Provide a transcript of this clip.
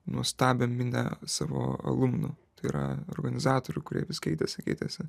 nuostabią minią savo alumnų tai yra organizatorių kurie vis keitėsi keitėsi